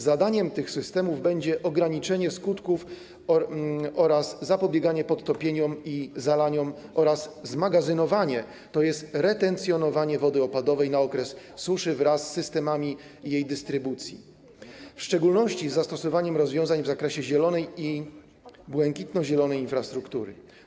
Zadaniem tych systemów będzie ograniczenie skutków oraz zapobieganie podtopieniom i zalaniom oraz zmagazynowanie, tj. retencjonowanie wody opadowej na okres suszy wraz z systemami jej dystrybucji, w szczególności zastosowaniem rozwiązań w zakresie zielonej i błękitno-zielonej infrastruktury.